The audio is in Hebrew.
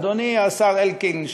אדוני השר אלקין,